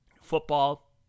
Football